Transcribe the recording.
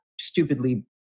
stupidly